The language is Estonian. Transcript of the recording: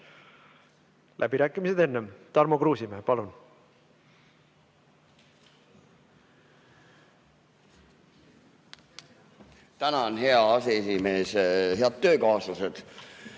Läbirääkimised enne. Tarmo Kruusimäe, palun!